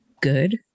good